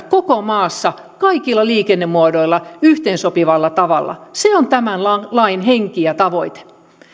koko maassa kaikille liikennemuodoille yhteensopivalla tavalla se on tämän lain lain henki ja tavoite